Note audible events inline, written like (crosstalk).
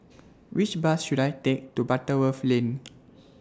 (noise) Which Bus should I Take to Butterworth Lane (noise)